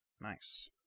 Nice